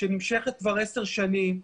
שנמשכת כבר עשר שנים,